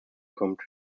kommt